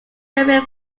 similar